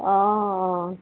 অঁ অঁ